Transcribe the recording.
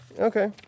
Okay